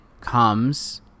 comes